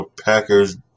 Packers